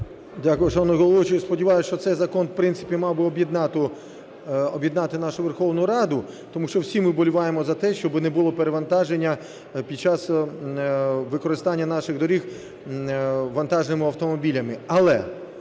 Дякую, шановний головуючий. Сподіваюсь, що цей закон, в принципі, мав би об'єднати нашу Верховну Раду, тому що всі ми вболіваємо за те, щоб не було перевантаження під час використання наших доріг вантажними автомобілями.